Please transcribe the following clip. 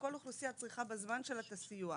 וכל אוכלוסייה צריכה בזמן שלה את הסיוע.